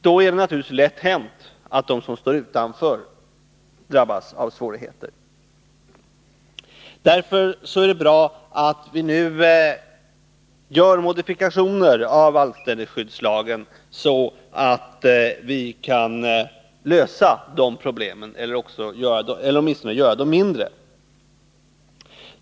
Då är det naturligtvis lätt hänt att de som står utanför drabbas av svårigheter. Därför är det bra att vi nu gör modifikationer i anställningsskyddslagen, så att vi kan lösa de problemen eller åtminstone göra dem mindre.